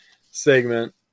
segment